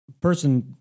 person